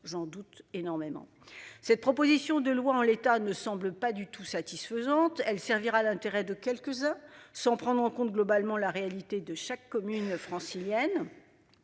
J'en doute énormément. Cette proposition de loi en l'état ne semble pas du tout satisfaisantes, elle servira l'intérêt de quelques-uns sans prendre en compte globalement la réalité de chaque commune francilienne.